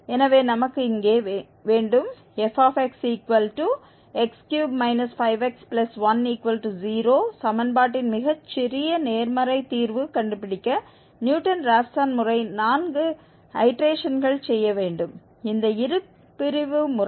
எனவே நமக்கு இங்கே வேண்டும் fxx3 5x10 சமன்பாட்டின் மிகச் சிறிய நேர்மறை தீர்வு கண்டுபிடிக்க நியூட்டன் ராப்சன் முறை நான்கு ஐடேரேஷன்கள் செய்ய வேண்டும் இந்த இருபிரிவு முறை